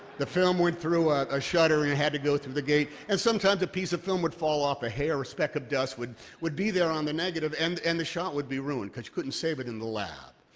the film went through ah a shutter, and it had to go through the gate. and sometimes a piece of film would fall off, a hair, a speck of dust would would be there on the negative. and and the the shot would be ruined, cause you couldn't save it in the lab.